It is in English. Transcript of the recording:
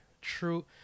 true